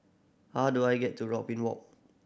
how do I get to Robin Walk